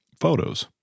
photos